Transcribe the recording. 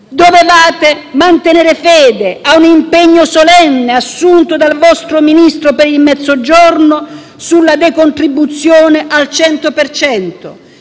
Dovevate mantenere fede a un impegno solenne assunto dal vostro Ministro per il Sud sulla decontribuzione al 100